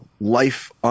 life